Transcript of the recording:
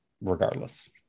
regardless